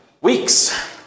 weeks